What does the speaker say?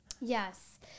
Yes